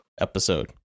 episode